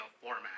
format